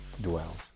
dwells